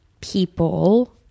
people